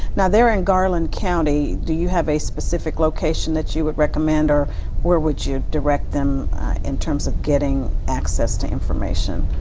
now, they're in garland county. do you have a specific location that you would recommend or where would you direct them in terms of getting access to information?